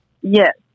Yes